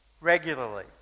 regularly